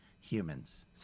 humans